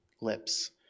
lips